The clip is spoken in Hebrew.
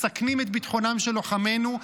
מסכנים את ביטחונם של לוחמינו,